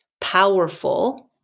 powerful